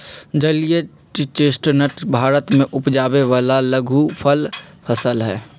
जलीय चेस्टनट भारत में उपजावे वाला लघुफल फसल हई